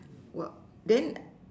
while then